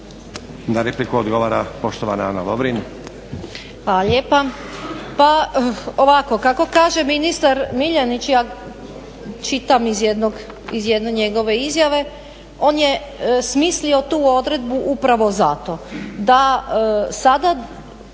Na repliku odgovara poštovana Ana Lovrin. **Lovrin, Ana (HDZ)** Hvala lijepa. Pa ovako, kako kaže ministar Miljanić ja čitam iz jedne njegove izjave on je smislio tu odredbu upravo zato da sada